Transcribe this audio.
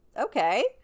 okay